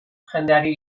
jendeari